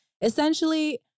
Essentially